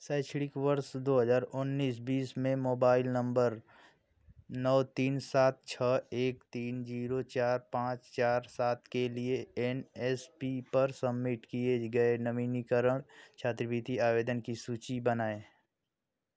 शैक्षणिक वर्ष दो हज़ार उन्नीस बीस में मोबाइल नम्बर नौ तीन सात छः एक तीन ज़ीरो चार पाँच चार सात के लिए एन एस पी पर सबमिट किए गए नवीनीकरण छात्रवृत्ति आवेदनों की सूची बनाएँ